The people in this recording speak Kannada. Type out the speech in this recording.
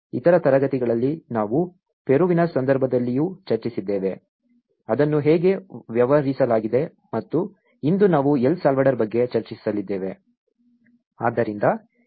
ಇತರ ತರಗತಿಗಳಲ್ಲಿ ನಾವು ಪೆರುವಿನ ಸಂದರ್ಭದಲ್ಲಿಯೂ ಚರ್ಚಿಸಿದ್ದೇವೆ ಅದನ್ನು ಹೇಗೆ ವ್ಯವಹರಿಸಲಾಗಿದೆ ಮತ್ತು ಇಂದು ನಾವು L ಸಾಲ್ವಡಾರ್ ಬಗ್ಗೆ ಚರ್ಚಿಸಲಿದ್ದೇವೆ